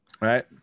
Right